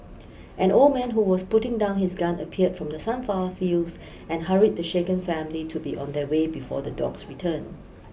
an old man who was putting down his gun appeared from the sunflower fields and hurried the shaken family to be on their way before the dogs return